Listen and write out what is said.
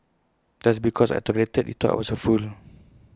just because I tolerated he thought I was A fool